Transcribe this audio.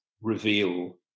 reveal